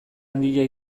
handia